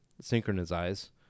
Synchronize